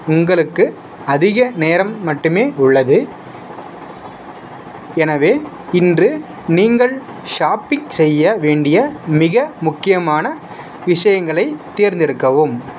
உங்களுக்கு அதிக நேரம் மட்டுமே உள்ளது எனவே இன்று நீங்கள் ஷாப்பிங் செய்ய வேண்டிய மிக முக்கியமான விஷயங்களைத் தேர்ந்தெடுக்கவும்